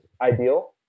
ideal